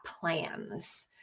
plans